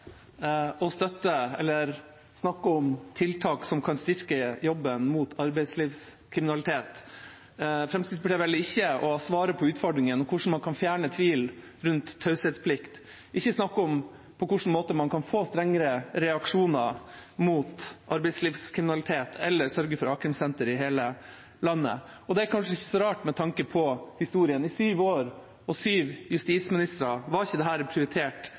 svare på utfordringen om hvordan man kan fjerne tvilen rundt taushetsplikt, og ikke snakke om på hvilken måte man kan få strengere reaksjoner mot arbeidslivskriminalitet eller sørge for a-krimsentre i hele landet. Det er kanskje ikke så rart med tanke på historien. Etter sju år og sju justisministre var ikke dette et prioritert